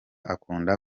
akunda